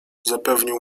zapewnił